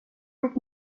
ditt